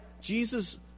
Jesus